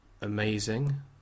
Amazing